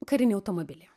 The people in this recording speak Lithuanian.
karinį automobilį